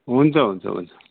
हुन्छ हुन्छ हुन्छ